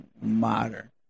modern